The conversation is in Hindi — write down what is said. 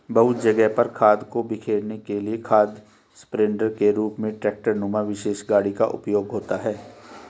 बहुत जगह पर खाद को बिखेरने के लिए खाद स्प्रेडर के रूप में ट्रेक्टर नुमा विशेष गाड़ी का उपयोग होता है